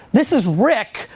this is rick.